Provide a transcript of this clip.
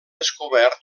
descobert